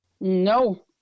No